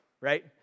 right